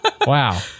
Wow